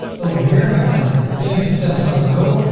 over here, i can change the settings of the row.